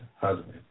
husband